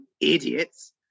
idiots